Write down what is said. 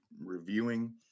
reviewing